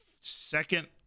second